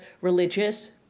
religious